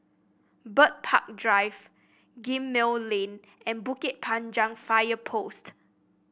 Bird Park Drive Gemmill Lane and Bukit Panjang Fire Post